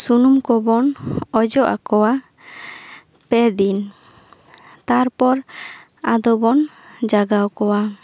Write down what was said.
ᱥᱩᱱᱩᱢ ᱠᱚᱵᱚᱱ ᱚᱡᱚᱜ ᱟᱠᱚᱣᱟ ᱯᱮ ᱫᱤᱱ ᱛᱟᱨᱯᱚᱨ ᱟᱫᱚ ᱵᱚᱱ ᱡᱟᱜᱟᱣ ᱠᱚᱣᱟ